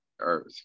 Earth